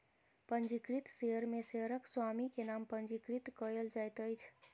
पंजीकृत शेयर में शेयरक स्वामी के नाम पंजीकृत कयल जाइत अछि